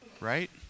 right